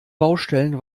baustellen